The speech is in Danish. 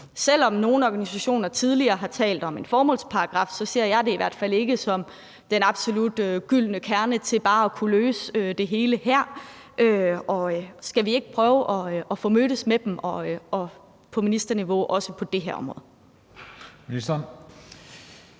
selv om nogle organisationer tidligere har talt om en formålsparagraf, ser jeg det i hvert fald ikke som den absolut gyldne kerne til bare at kunne løse det hele her. Skal vi ikke prøve at mødes med dem på ministerniveau, også på det her område?